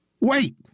Wait